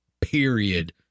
period